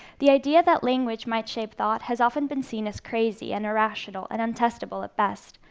the idea that language might shape thought has often been seen as crazy and irrational, and untestable at best.